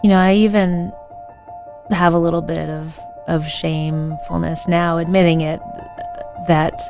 you know i even have a little bit of of shamefulness now admitting it that